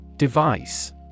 Device